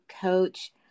coach